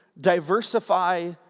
diversify